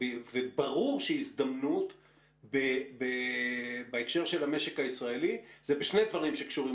וברור שהזדמנות בהקשר של המשק הישראלי זה בשני דברים שקשורים